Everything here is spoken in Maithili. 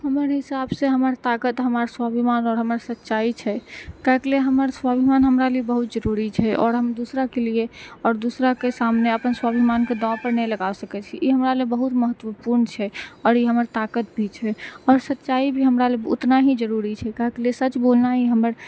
हमर हिसाबसँ हमर ताकत हमर स्वाभिमान आओर हमर सच्चाइ छै काहेके लिए हमर स्वाभिमान हमरा लिए बहुत जरुरी छै आओर हम दोसराके लिए आओर दोसराके सामने अपन स्वाभिमानके दाँवपर नहि लगाए सकै छियै ई हमरा लए बहुत महत्वपूर्ण छै आओर ई हमर ताकत भी छै आओर सच्चाइ भी हमरा लए उतना ही जरुरी छै काहेके लिए सच बोलना ही हमर